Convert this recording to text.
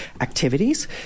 activities